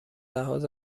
لحاظ